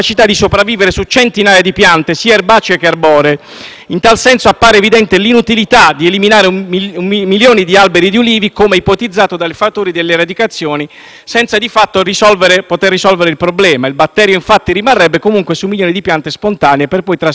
In tal senso, appare evidente l'inutilità di eliminare un milione di alberi di olivo, come ipotizzato dai fautori delle eradicazioni, senza di fatto risolvere il problema. Il batterio, infatti, rimarrebbe comunque su milioni di piante spontanee, per poi trasferirsi tranquillamente sulle piante arboree